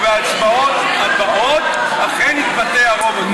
ובהצבעות הבאות אכן התבטא הרוב הזה.